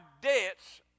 debts